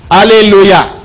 Hallelujah